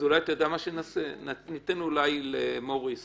ניתן אולי למוריס